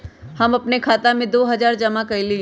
हम अपन खाता में दो हजार जमा कइली